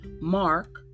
Mark